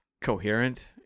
coherent